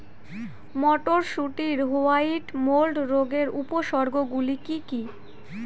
মটরশুটির white mould রোগের উপসর্গগুলি কী কী?